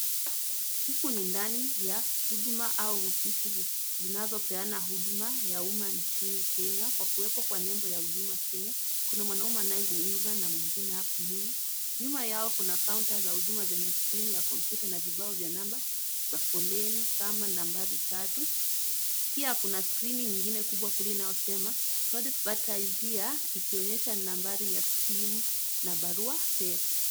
Huku ni ndani ya huduma au ofisi zinazopeana huduma ya umma nchini Kenya kwa kuwepo kwa nembo ya huduma Kenya. Kuna mwanamme anayezungumza na mwingine hapo nyuma. Nyuma yao kuna counter za huduma zenye skrini ya kompyuta na vibao vya namba za foleni kama nambari tatu. Pia kuna skrini nyingine kubwa kule inayosema to advertise here ikionyesha nambari ya simu na barua pepe.